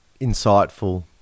insightful